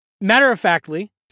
matter-of-factly